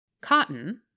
Cotton